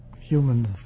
human